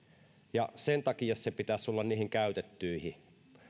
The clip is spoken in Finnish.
ja sen takia sen pitäisi olla niihin käytettyihin